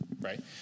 right